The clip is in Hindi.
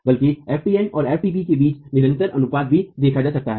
बल्कि ftn और ftp के बीच निरंतर अनुपात भी देखा जाता सकता है